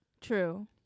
True